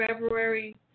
february